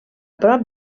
prop